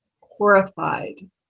horrified